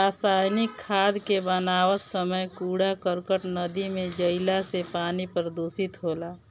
रासायनिक खाद के बनावत समय कूड़ा करकट नदी में जईला से पानी प्रदूषित होला